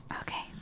okay